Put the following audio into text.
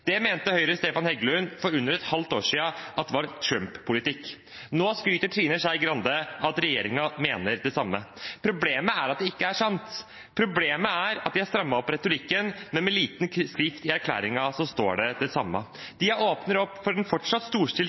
Det mente Høyres Stefan Heggelund for under et halvt år siden var Trump-politikk. Nå skryter Trine Skei Grande av at regjeringen mener det samme. Problemet er at det ikke er sant. Problemet er at de har strammet opp retorikken, men med liten skrift i erklæringen står det det samme. De åpner opp for et fortsatt